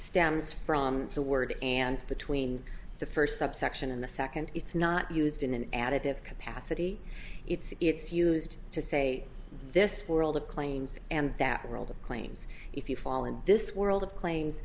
stems from the word and between the first subsection and the second it's not used in an additive capacity it's it's used to say this world of claims and that world claims if you fall in this world of claims